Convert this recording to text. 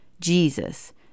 Jesus